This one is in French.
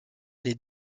les